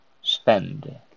spend